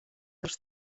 dels